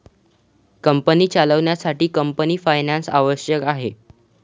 company चालवण्यासाठी company finance आवश्यक आहे